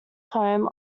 home